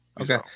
Okay